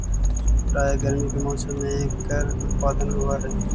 प्रायः गर्मी के मौसम में एकर उत्पादन होवअ हई